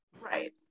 Right